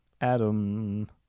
Adam